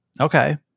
Okay